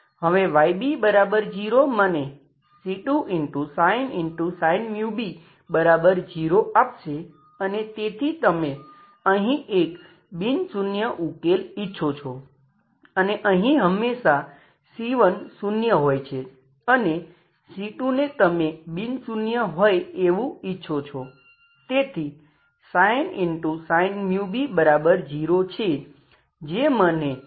હવે Yb0 મને c2sin μb 0 આપશે અને તેથી તમે અહીં એક બિન શૂન્ય ઉકેલ ઇચ્છો છો અને અહીં હમેંશા c1 શૂન્ય હોય છે અને c2 ને તમે બિન શૂન્ય હોય એવું ઈચ્છો છો તેથી sin μb 0 છે જે મને nπb આપે છે